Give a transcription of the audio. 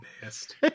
best